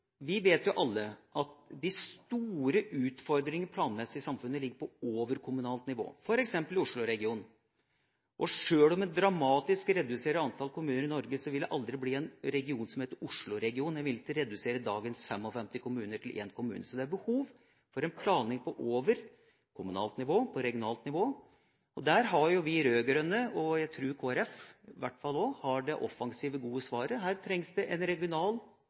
vi vet jo alle at de store utfordringene planmessig i samfunnet ligger på overkommunalt nivå, f.eks. i Oslo-regionen. Sjøl om en dramatisk reduserer antall kommuner i Norge, vil det aldri bli en kommune som heter Oslo-regionen. En vil ikke redusere dagens 55 kommuner til én kommune. Så det er behov for en planlegging på overkommunalt og regionalt nivå. Der har vi rød-grønne, og jeg tror også Kristelig Folkeparti, det offensive, gode svaret: Her trengs det en regional